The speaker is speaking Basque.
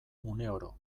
uneoro